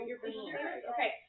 Okay